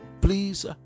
Please